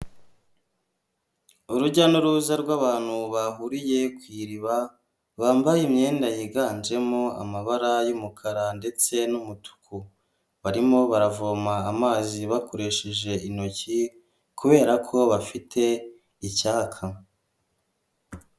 Urujya n'uruza rw'abantu bahuriye ku iriba, bambaye imyenda yiganjemo amabara y'umukara ndetse n'umutuku. Barimo baravoma amazi bakoresheje intoki kubera ko bafite icyaka.